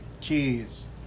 kids